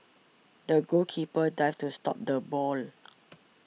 the goalkeeper dived to stop the ball